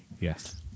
Yes